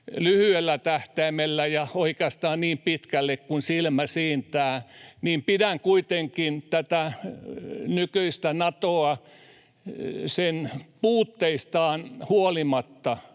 lyhyellä tähtäimellä ja oikeastaan niin pitkälle kuin silmä siintää se, että Naton nykyinen rakenne on hyvä Naton puutteista huolimatta,